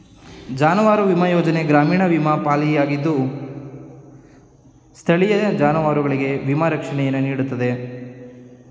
ಜಾನುವಾರು ವಿಮಾ ಯೋಜನೆ ಗ್ರಾಮೀಣ ವಿಮಾ ಪಾಲಿಸಿಯಾಗಿದ್ದು ಸ್ಥಳೀಯ ಜಾನುವಾರುಗಳಿಗೆ ವಿಮಾ ರಕ್ಷಣೆಯನ್ನು ನೀಡ್ತದೆ